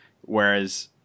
whereas